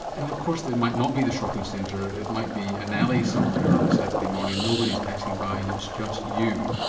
and of course it might not be the shopping centre, it might be an alley somewhere on a saturday morning, nobody's passing by and it's just you,